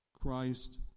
Christ